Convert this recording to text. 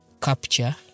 capture